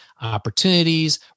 opportunities